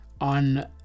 on